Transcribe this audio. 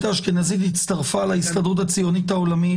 האשכנזית הצטרפה להסתדרות הציונית העולמית.